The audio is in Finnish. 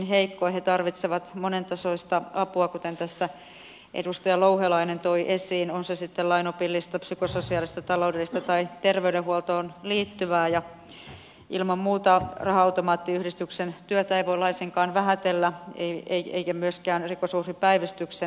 he tarvitsevat monentasoista apua kuten tässä edustaja louhelainen toi esiin on se sitten lainopillista psykososiaalista taloudellista tai terveydenhuoltoon liittyvää ja ilman muuta raha automaattiyhdistyksen työtä ei voi laisinkaan vähätellä eikä myöskään rikosuhripäivystyksen